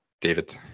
David